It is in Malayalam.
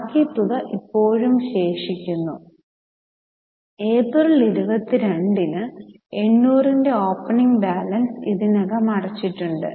ബാക്കി തുക ഇപ്പോഴും ശേഷിക്കുന്നു ഏപ്രിൽ 22 ന് 800 ന്റെ ഓപ്പണിംഗ് ബാലൻസ് ഇതിനകം അടച്ചിട്ടുണ്ട്